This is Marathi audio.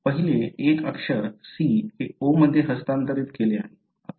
पहिले एक अक्षर C हे O मध्ये हस्तांतरित केले आहे